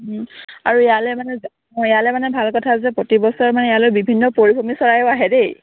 আৰু ইয়ালৈ মানে ইয়ালৈ মানে ভাল কথা যে প্ৰতিবছৰ মানে ইয়ালৈ বিভিন্ন পৰিভূমি চৰাইয়ো আহে দেই